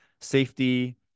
Safety